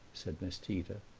said miss tita.